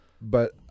But-